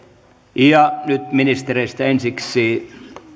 nyt ministereistä ensiksi